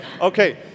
Okay